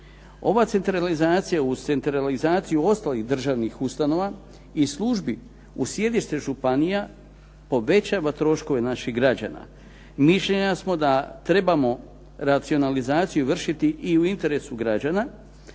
Ova centralizacija uz centralizaciju ostalih državnih ustanova i službi, uz sjedište županija povećava troškove znači građana. Mišljenja smo da trebamo racionalizaciju vršiti i u interesu građana,